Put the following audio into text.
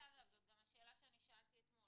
לא לפעמים, אלא זה יותר זול מלהתקין מזגן.